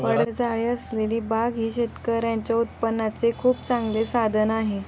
फळझाडे असलेली बाग ही शेतकऱ्यांच्या उत्पन्नाचे खूप चांगले साधन आहे